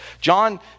John